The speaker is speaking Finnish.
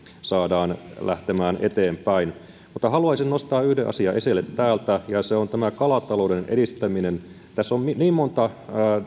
saadaan lähtemään eteenpäin mutta haluaisin nostaa yhden asian esille täältä ja se on tämä kalatalouden edistäminen tässä on niin monta